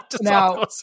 Now